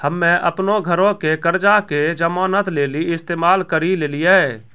हम्मे अपनो घरो के कर्जा के जमानत लेली इस्तेमाल करि लेलियै